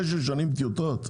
תשע שנים טיוטות?